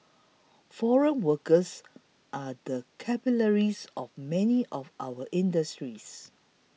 foreign workers are the capillaries of many of our industries